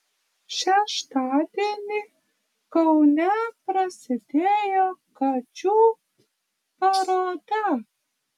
šeštadienį kaune prasidėjo kačių paroda